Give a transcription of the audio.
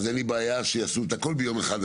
אז אין לי בעיה שיעשו את הכול אפילו ביום אחד.